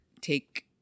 take